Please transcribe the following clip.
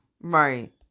right